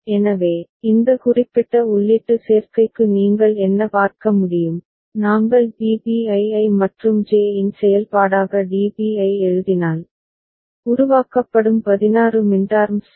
எனவே இந்த குறிப்பிட்ட உள்ளீட்டு சேர்க்கைக்கு நீங்கள் என்ன பார்க்க முடியும் நாங்கள் BB ஐ I மற்றும் J இன் செயல்பாடாக DB ஐ எழுதினால் உருவாக்கப்படும் 16 minterms சரி